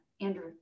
Andrew